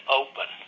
open